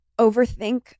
overthink